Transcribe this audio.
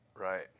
Right